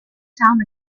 town